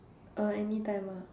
uh anytime ah